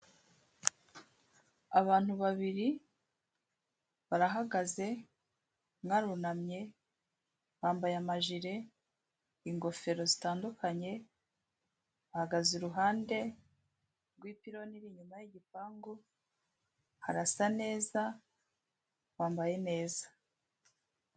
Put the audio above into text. Abantu babiri barahagaze, umwe arunamye, bambaye amajile, ingofero zitandukanye, ahagaze i ruhande rw'ipiloni inyuma y'igipangu, harasa neza, bambaye neza.